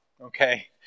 Okay